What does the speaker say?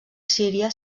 síria